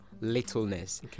littleness